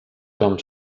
com